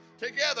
Together